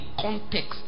context